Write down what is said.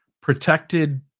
protected